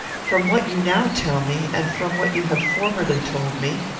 from what you now tell me, and from what you have formerly told me,